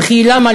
וכי למה,